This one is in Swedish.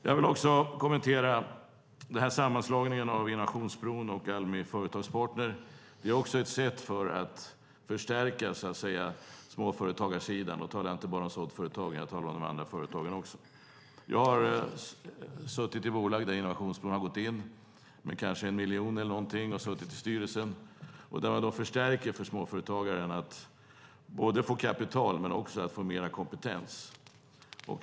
Jag vill också kommentera sammanslagningen av Innovationsbron och Almi Företagspartner. Det sker för att förstärka småföretagarsidan. Då talar jag inte bara om såddföretagen utan även om de andra företagen. Jag har suttit i styrelsen för bolag där Innovationsbron har gått in med kanske 1 miljon. Detta ger småföretagaren en förstärkning, både när det gäller att få kapital och när det gäller att få mer kompetens.